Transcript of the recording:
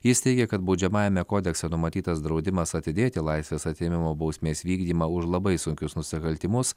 jis teigė kad baudžiamajame kodekse numatytas draudimas atidėti laisvės atėmimo bausmės vykdymą už labai sunkius nusikaltimus